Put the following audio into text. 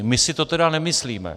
My si to tedy nemyslíme.